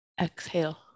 Exhale